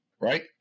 Right